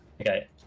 Okay